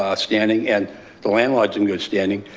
ah standing and the landlord's in good standing,